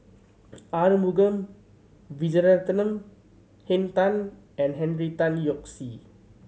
Arumugam Vijiaratnam Henn Tan and Henry Tan Yoke See